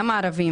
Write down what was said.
גם הערבים,